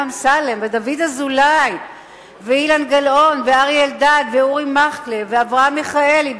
אמסלם ודוד אזולאי ואילן גילאון ואריה אלדד ואורי מקלב ואברהם מיכאלי.